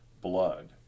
blood